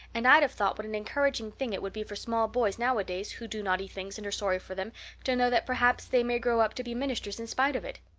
and i'd have thought what an encouraging thing it would be for small boys nowadays who do naughty things and are sorry for them to know that perhaps they may grow up to be ministers in spite of it.